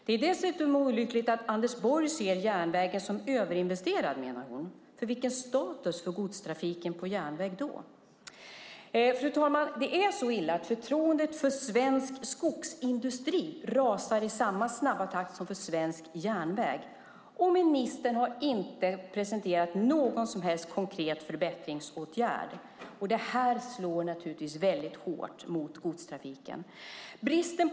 Det är dessutom olyckligt att Anders Borg ser järnvägen som överinvesterad, menar hon, för vilken status får godstrafiken på järnväg då? Det är så illa att förtroendet för svensk skogsindustri rasar i samma snabba takt som för svensk järnväg, och ministern har inte presenterat någon som helst konkret förbättringsåtgärd. Det här slår naturligtvis väldigt hårt mot godstrafiken.